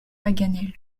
paganel